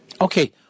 Okay